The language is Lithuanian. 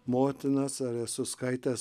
motinas ar esu skaitęs